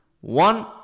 One